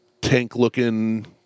tank-looking